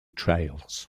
trails